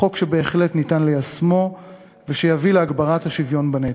חוק שבהחלט ניתן ליישמו ושיביא להגברת השוויון בנטל.